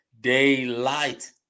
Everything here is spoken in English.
Daylight